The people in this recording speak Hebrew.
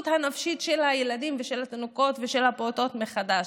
הנפשית של הילדים ושל התינוקות ושל הפעוטות מחדש.